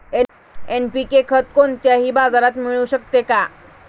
NPK खत कोणत्याही बाजारात मिळू शकते का?